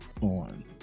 On